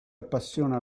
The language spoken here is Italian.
appassiona